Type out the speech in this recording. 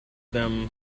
them